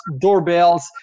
doorbells